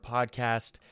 Podcast